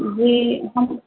جی ہاں